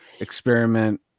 experiment